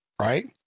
right